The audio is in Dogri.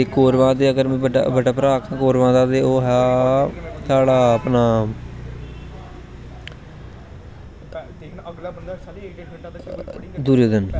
ते कोरवें दा बड्डा भ्राह् आक्खां ते ओह् हा साढ़ा अपनां दुर्योधन